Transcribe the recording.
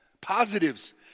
positives